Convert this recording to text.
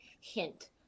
hint